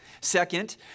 Second